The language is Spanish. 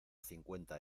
cincuenta